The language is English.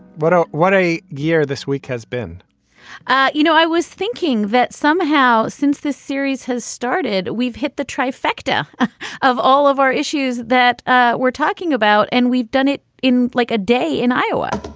what oh, what a year this week has been you know, i was thinking that somehow since this series has started, we've hit the trifecta of all of our issues that ah we're talking about and we've done it in like a day in iowa